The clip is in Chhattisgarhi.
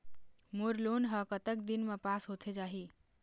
मोर लोन हा कतक दिन मा पास होथे जाही?